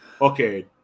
Okay